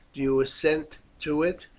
do you assent to it?